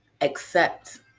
accept